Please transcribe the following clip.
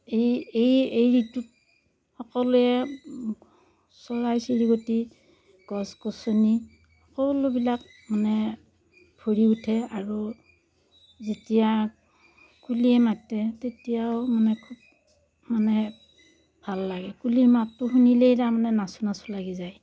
এই এই এই ঋতুত সকলোৱে চৰাই চিৰিকটি গছ গছনি সকলোবিলাক মানে ভৰি উঠে আৰু যেতিয়া কুলিয়ে মাতে তেতিয়াও মানে খুব মানে ভাল লাগে কুলিৰ মাতটো শুনিলেই তাৰমানে নাচো নাচো লাগি যায়